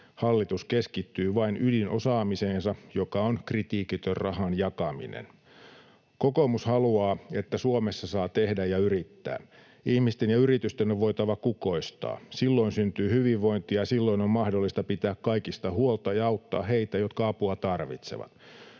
Hallitus keskittyy vain ydinosaamiseensa, joka on kritiikitön rahan jakaminen. Kokoomus haluaa, että Suomessa saa tehdä ja yrittää. Ihmisten ja yritysten on voitava kukoistaa. Silloin syntyy hyvinvointia, silloin on mahdollista pitää kaikista huolta ja auttaa heitä, jotka apua tarvitsevat.